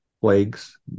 plagues